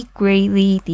greatly